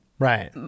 Right